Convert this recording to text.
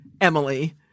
Emily